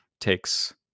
takes